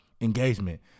engagement